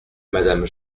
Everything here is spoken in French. madame